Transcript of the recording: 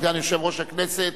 סגן יושב-ראש הכנסת.